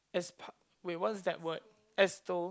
as pa~ wait what's that word extol